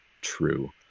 true